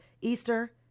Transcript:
Easter